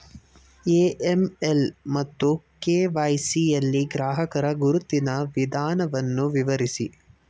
AML ಮತ್ತು KYC ಯಲ್ಲಿ ಗ್ರಾಹಕರ ಗುರುತಿನ ವಿಧಾನವನ್ನು ವಿವರಿಸಿ?